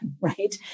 Right